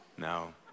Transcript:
No